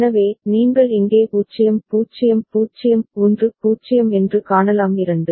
எனவே நீங்கள் இங்கே 0 0 0 1 0 என்று காணலாம் 2